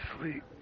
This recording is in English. sleep